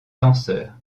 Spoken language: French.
tenseur